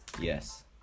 Yes